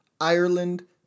Ireland